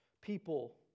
people